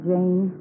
Jane